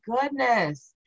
goodness